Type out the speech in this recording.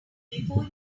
before